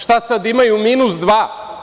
Šta sad, imaju minus dva?